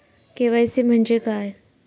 KYC म्हणजे काय?